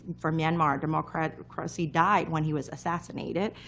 for myanmar democracy democracy died when he was assassinated.